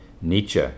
Nietzsche